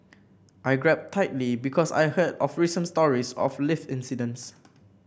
I grabbed tightly because I heard of recent stories of lift incidents